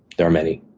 there are many.